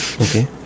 Okay